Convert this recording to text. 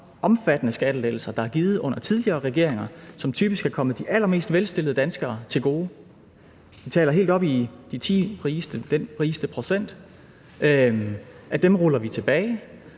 omfattende skattelettelser, der er givet under tidligere regeringer, og som typisk er kommet de allermest velstillede danskere til gode – vi taler om de fem-ti rigeste procent – ruller vi tilbage